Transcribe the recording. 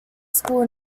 school